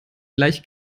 gleich